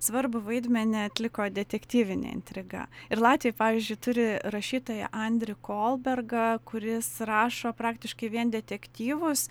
svarbų vaidmenį atliko detektyvinė intriga ir latviai pavyzdžiui turi rašytoją andrį kolbergą kuris rašo praktiškai vien detektyvus